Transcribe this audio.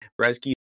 Bresky